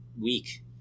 week